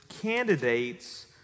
candidates